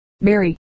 Mary